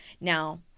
Now